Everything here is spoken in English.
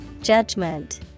Judgment